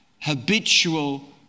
habitual